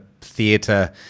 theatre